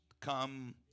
come